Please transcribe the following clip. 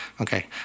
Okay